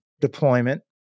deployment